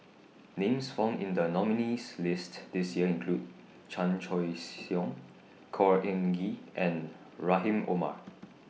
Names found in The nominees' list This Year include Chan Choy Siong Khor Ean Ghee and Rahim Omar